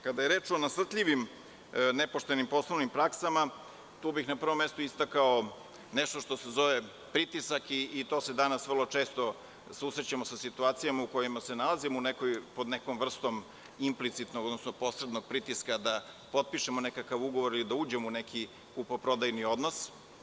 Kada je reč o nasrtljivim nepoštenim poslovnim praksama, tu bih na prvom mestu istakao nešto što se zove pritisak i tu se danas vrlo često susrećemo sa situacijom u kojoj se nalazimo pod nekom vrstom implicitnog, odnosno posrednog pritiska da potpišemo nekakav ugovor i da uđemo u neki kupoprodajni odnos.